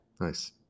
Nice